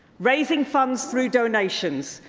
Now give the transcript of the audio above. raising funds through donation,